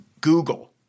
Google